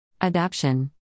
Adoption